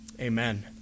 Amen